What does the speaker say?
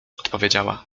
odpowiedziała